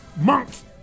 monks